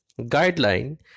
guideline